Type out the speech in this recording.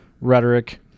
rhetoric